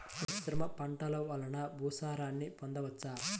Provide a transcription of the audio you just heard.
మిశ్రమ పంటలు వలన భూసారాన్ని పొందవచ్చా?